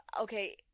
Okay